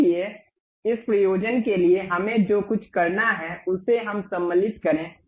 इसलिए इस प्रयोजन के लिए हमें जो कुछ करना है उसे पहले सम्मिलित करें